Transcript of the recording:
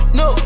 no